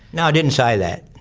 no, i didn't say that.